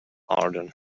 arden